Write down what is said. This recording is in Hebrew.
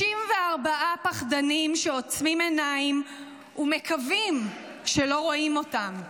64 פחדנים שעוצמים עיניים ומקווים שלא רואים אותם.